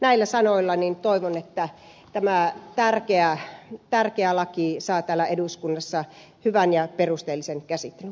näillä sanoilla toivon että tämä tärkeä laki saa täällä eduskunnassa hyvän ja perusteellisen käsittelyn